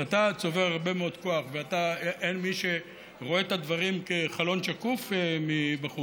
כשאתה צובר הרבה מאוד כוח ואין מי שרואה את הדברים כחלון שקוף מבחוץ,